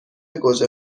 گوجه